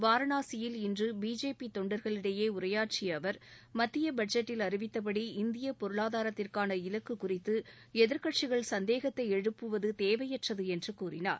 வாரணாசியில் இன்று பிஜேபி தொண்டர்களிடையே உரையாற்றிய அவர் மத்திய பட்ஜெட்டில் அறிவித்தபடி இந்தியப் பொருளாதாரத்திற்கான இலக்கு குறித்து எதிர்க்கட்சிகள் சந்தேகத்தை எழுப்புவது தேவையற்றது என்றுகூறினார்